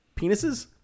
penises